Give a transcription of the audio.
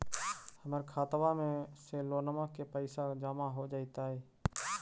हमर खातबा में से लोनिया के पैसा जामा हो जैतय?